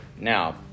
now